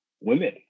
women